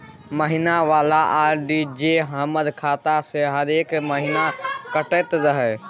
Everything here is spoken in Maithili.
महीना वाला आर.डी जे हमर खाता से हरेक महीना कटैत रहे?